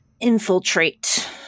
infiltrate